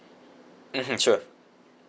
mmhmm sure